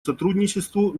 сотрудничеству